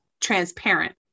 transparent